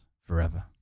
forever